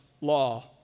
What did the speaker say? law